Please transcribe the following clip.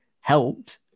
helped